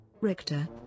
Richter